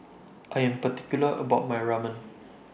I Am particular about My Ramen